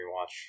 watch